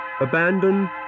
Abandon